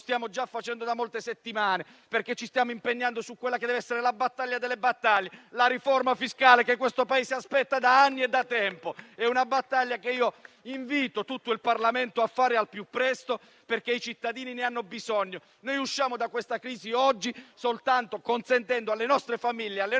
stiamo già facendo da molte settimane, perché ci stiamo impegnando su quella che deve essere la battaglia delle battaglie: la riforma fiscale che il Paese aspetta da anni e da tempo. È una battaglia che invito tutto il Parlamento a fare al più presto, perché i cittadini ne hanno bisogno. Usciremo oggi da questa crisi soltanto consentendo alle nostre famiglie e alle nostre